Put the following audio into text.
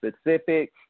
specific